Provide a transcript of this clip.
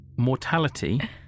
Mortality